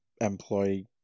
employee